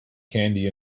candy